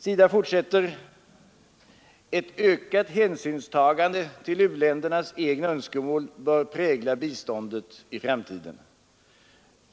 SIDA fortsätter: ”Ett ökat hänsynstagande till u-ländernas egna önskemål bör prägla biståndet i framtiden.